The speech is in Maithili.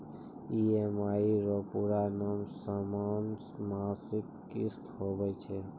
ई.एम.आई रो पूरा नाम समान मासिक किस्त हुवै छै